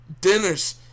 dinners